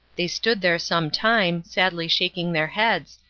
they stood there some time sadly shaking their heads,